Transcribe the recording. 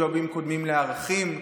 ג'ובים קודמים לערכים.